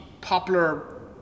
popular